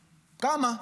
כמה?